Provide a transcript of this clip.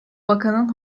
bakanın